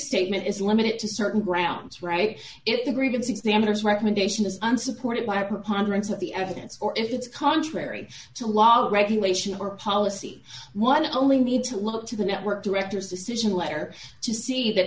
statement is limited to certain grounds right if the grievance examiners recommendation is unsupported by a preponderance of the evidence or if it's contrary to law regulation or policy one only need to look to the network director's decision letter to see that